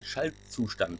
schaltzustand